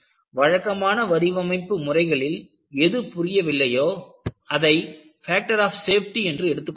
வழக்கமான வடிவமைப்பு முறைகளில் எது புரியவில்லையோ அதை ஃபேக்டர் ஆப் சேஃப்டி என்று எடுத்துக் கொண்டார்கள்